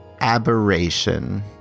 aberration